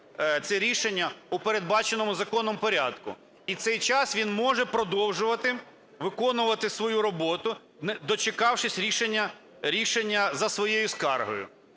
це рішення у передбаченому законом порядку. І в цей час він може продовжувати виконувати свою роботу, дочекавшись рішення за своєю скаргою,